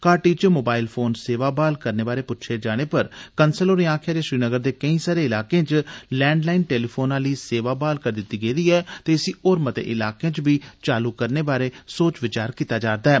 घाटी च mobile phone सेवा ब्हाल करने बारै प्च्छे जाने पर कंसल होरें आक्खेया जे श्रीनगर दे केंई सारे इलाकें च लैंडलाइन टैलिफोन आली सेवा ब्हाल करी दिती गेई ऐ ते इसी होर मते इलाकें च बी चालू करने बारै सोच विचार कीता जा करदा ऐ